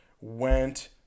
went